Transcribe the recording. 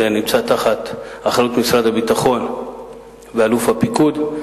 זה נמצא תחת אחריות משרד הביטחון ואלוף הפיקוד.